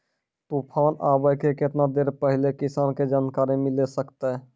तूफान आबय के केतना देर पहिले किसान के जानकारी मिले सकते?